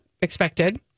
expected